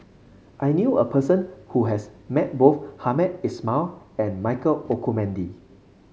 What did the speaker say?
I knew a person who has met both Hamed Ismail and Michael Olcomendy